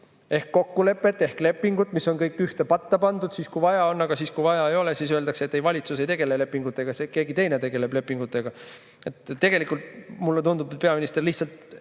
ehk kokkulepet ehk lepingut – need on kõik ühte patta pandud, siis kui vaja on, aga siis kui vaja ei ole, siis öeldakse, et ega valitsus ei tegele lepingutega, keegi teine tegeleb lepingutega. Mulle tundub, et peaminister lihtsalt